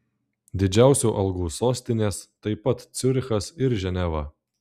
didžiausių algų sostinės taip pat ciurichas ir ženeva